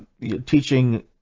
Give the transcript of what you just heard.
teaching